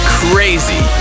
crazy